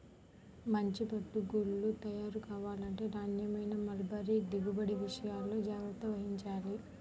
మంచి పట్టు గూళ్ళు తయారు కావాలంటే నాణ్యమైన మల్బరీ దిగుబడి విషయాల్లో జాగ్రత్త వహించాలి